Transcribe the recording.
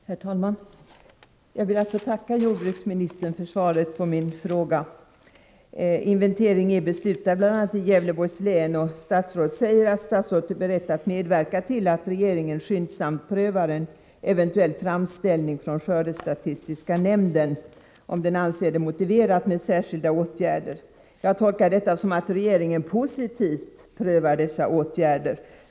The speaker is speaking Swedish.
Herr talman! Jag ber att få tacka jordbruksministern för svaret på min fråga. Inventering är beslutad i bl.a. Gävleborgs län, och statsrådet säger att han är beredd att medverka till att regeringen skyndsamt prövar en eventuell framställning från skördestatistiska nämnden, om den anser det motiverat med särskilda åtgärder. Jag tolkar detta så, att regeringen positivt prövar dessa åtgärder.